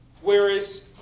Whereas